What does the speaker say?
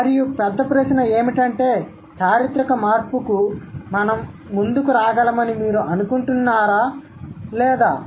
మరియు పెద్ద ప్రశ్న ఏమిటంటే చారిత్రక మార్పుకు మేము ముందుకు రాగలమని మీరు అనుకుంటున్నారా లేదా